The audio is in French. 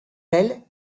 ailes